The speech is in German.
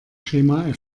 schema